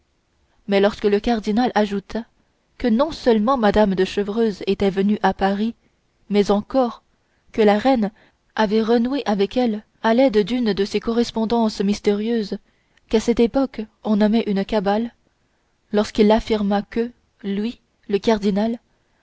mais lorsque le cardinal ajouta que non seulement mme de chevreuse était venue à paris mais encore que la reine avait renoué avec elle à l'aide d'une de ces correspondances mystérieuses qu'à cette époque on nommait une cabale lorsqu'il affirma que lui le cardinal